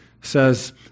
says